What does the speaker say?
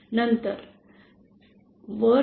नंतर वर